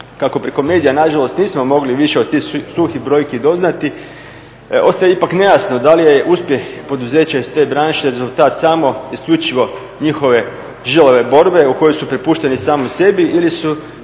Kako preko medija nažalost nismo mogli više od tih suhih brojki doznati, ostaje ipak nejasno da li je uspjeh poduzeća iz te branše rezultat samo isključivo njihove žilave borbe u kojoj su prepušteni sami sebi ili su